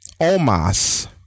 omas